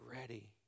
ready